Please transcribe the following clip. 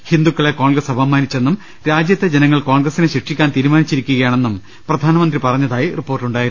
ഹിന്ദുക്കളെ കോൺഗ്രസ് അപ മാനിച്ചെന്നും രാജ്യത്തെ ജനങ്ങൾ കോൺഗ്രസിനെ ശിക്ഷിക്കാൻ തീരുമാനിച്ചിരി ക്കുകയാണെന്നും പ്രധാനമന്ത്രി പറഞ്ഞതായി റിപ്പോർട്ടുണ്ടായിരുന്നു